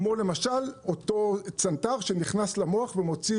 כמו למשל אותו צנתר שנכנס למוח ומוציא